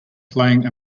playing